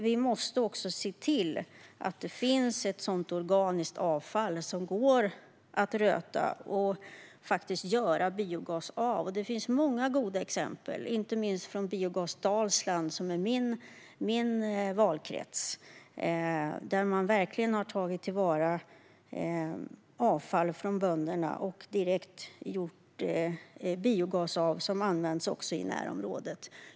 Vi måste också se till att det finns ett organiskt avfall som går att röta och faktiskt göra biogas av. Där finns många goda exempel. Vi har till exempel Biogas Dalsland, som ligger i min valkrets, där man verkligen har tagit till vara avfall från bönderna och gjort biogas av det som också används i närområdet.